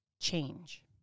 change